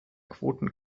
quoten